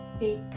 Take